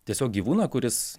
tiesiog gyvūną kuris